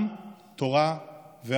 עם, תורה וארץ.